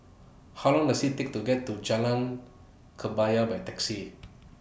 How Long Does IT Take to get to Jalan Kebaya By Taxi